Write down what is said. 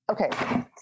Okay